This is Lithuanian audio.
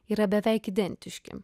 yra beveik identiški